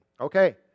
Okay